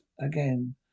again